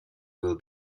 will